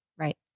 Right